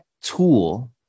tool